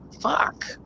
Fuck